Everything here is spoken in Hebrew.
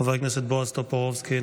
חבר הכנסת בועז טופורובסקי,